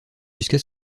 jusqu’à